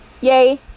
Yay